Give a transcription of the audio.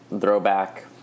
throwback